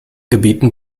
gebieten